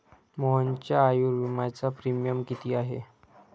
मोहनच्या आयुर्विम्याचा प्रीमियम किती आहे?